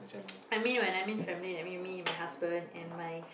I mean when I mean family I mean me and my husband and my